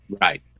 Right